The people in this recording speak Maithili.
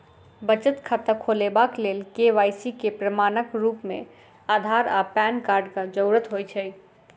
बचत खाता खोलेबाक लेल के.वाई.सी केँ प्रमाणक रूप मेँ अधार आ पैन कार्डक जरूरत होइ छै